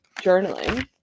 journaling